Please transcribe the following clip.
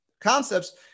concepts